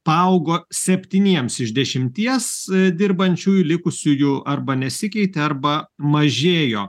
paaugo septyniems iš dešimties dirbančiųjų likusiųjų arba nesikeitė arba mažėjo